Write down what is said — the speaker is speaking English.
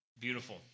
Beautiful